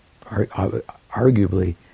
arguably